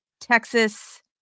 Texas